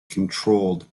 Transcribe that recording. controlled